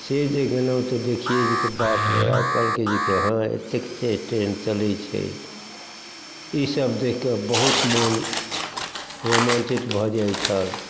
से जे गेलहुँ से देखिए कि जे बाप रे बाप कहलकै कि जे हँ एतेक ट्रेन चलै छै ईसब देखिकऽ बहुत मन रोमाञ्चित भऽ जाइ छल